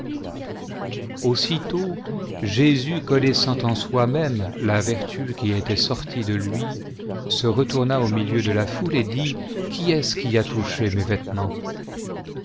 aussitôt jésus connaissant en soi-même la vertu qui était sortie de lui se retourna au milieu de la fouie et dit qui est-ce qui a touché mes vêtements